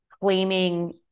claiming